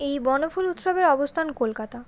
এই বনফুল উৎসবের অবস্থান কলকাতা